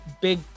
big